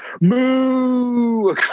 moo